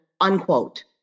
unquote